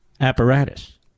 apparatus